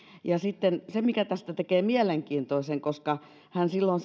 ja sitten se mikä tästä tekee mielenkiintoisen hän silloin